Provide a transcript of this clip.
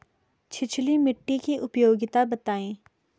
छिछली मिट्टी की उपयोगिता बतायें?